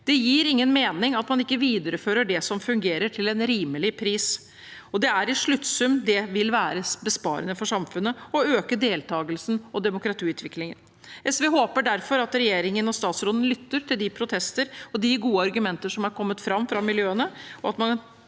Det gir ingen mening at man ikke viderefører det som fungerer, og til en rimelig pris. I sluttsum vil det være besparende for samfunnet og øke deltakelsen og demokratiutviklingen. SV håper derfor at regjeringen og statsråden lytter til de protester og de gode argumenter som er kommet fram fra miljøene, og at man